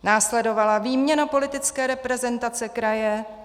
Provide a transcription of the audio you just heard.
Následovala výměna politické reprezentace kraje.